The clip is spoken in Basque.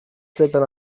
zertan